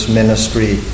ministry